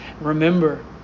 Remember